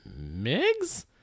Migs